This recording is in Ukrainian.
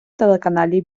телеканалі